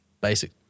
basic